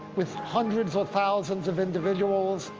with hundreds or thousands of individuals.